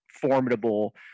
formidable